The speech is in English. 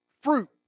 Fruit